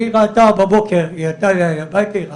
היא ראתה בבוקר, היא הייתה בבית, היא ראתה,